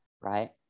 right